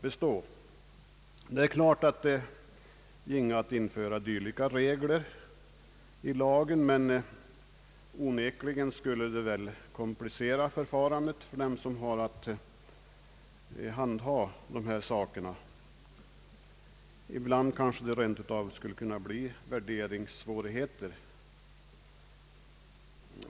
Självfallet skulle det vara möjligt att införa dylika regler i lagen, men det skulle onekligen komplicera förfarandet för dem som har att praktiskt handha de ting lagen gäller. Ibland skulle det kanske rent av kunna bli värderingssvårigheter.